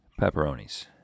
pepperonis